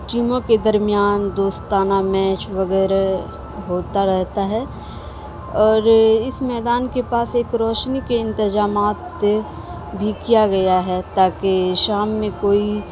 ٹیموں کے درمیان دوستانہ میچ وغیرہ ہوتا رہتا ہے اور اس میدان کے پاس ایک روشنی کے انتجامات بھی کیا گیا ہے تاکہ شام میں کوئی